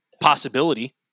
Possibility